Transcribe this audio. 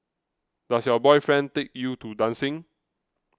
does your boyfriend take you to dancing